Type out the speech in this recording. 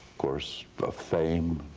course of fame,